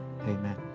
Amen